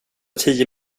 tio